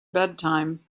bedtime